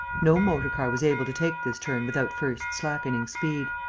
no motor-car was able to take this turn without first slackening speed.